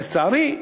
לצערי,